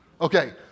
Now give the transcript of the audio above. Okay